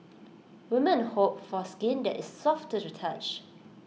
women hope for skin that is soft to the touch